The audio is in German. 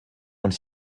und